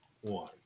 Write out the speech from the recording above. one